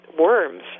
worms